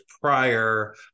prior